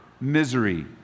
misery